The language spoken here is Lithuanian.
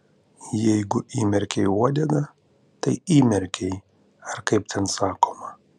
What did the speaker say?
jeigu įmerkei uodegą tai įmerkei ar kaip ten sakoma